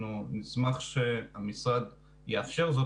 אנחנו נשמח שהמשרד יאפשר זאת,